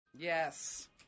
Yes